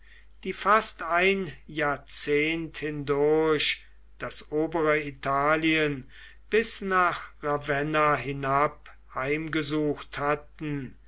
die fast ein jahrzehnt hindurch das obere italien bis nach ravenna hinab heimgesucht hatten